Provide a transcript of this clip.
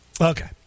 okay